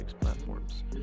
platforms